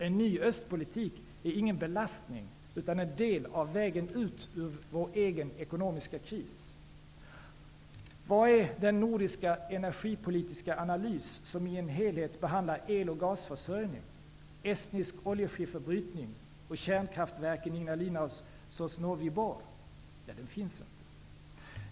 En ny östpolitik är ingen belastning, utan en del av vägen ut ur vår egen ekonomiska kris. Var är den nordiska energipolitiska analys som i en helhet behandlar el och gasförsörjning, estnisk oljeskifferbrytning och kärnkraftverken i Ignalina och Sosnovij Bor? Den finns inte.